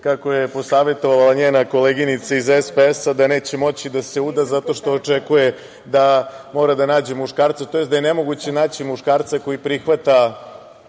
kako je posavetovala njena koleginica iz SPS-a, da neće moći da se uda zato što očekuje da mora da nađe muškarca, tj. da je nemoguće naći muškarca koji prihvata